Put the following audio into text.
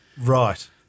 Right